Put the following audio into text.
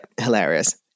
hilarious